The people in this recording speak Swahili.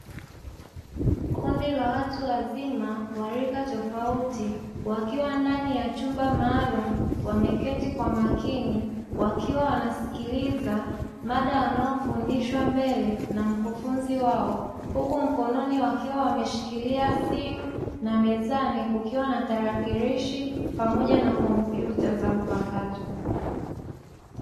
Kundi la watu wazima, wa rika tofauti, wakiwa ndani ya chumba maalumu, wamekaa kwa makini, wakiwa wanasikiliza mada wanayofundishwa mbele na mkufunzi wao. Huku mkononi wakiwa wameshikiria simu, na mezani kukiwa na tarakilishi tarakilishi, pamoja na kompyuta za mpakato.